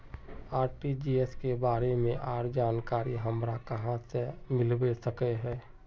RTGS के बारे में आर जानकारी हमरा कहाँ से मिलबे सके है?